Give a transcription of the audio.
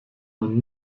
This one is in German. man